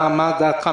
מה דעתך?